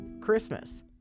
Christmas